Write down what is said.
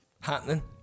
Happening